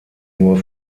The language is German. nur